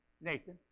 Nathan